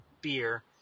beer